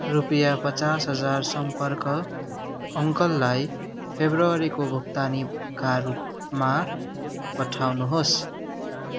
रुपियाँ पचास हजार सम्पर्क अङ्कललाई फेब्रुअरीको भुक्तानीका रूपमा पठाउनुहोस्